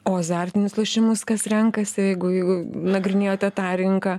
o azartinius lošimus kas renkasi jeigu nagrinėjot tą rinką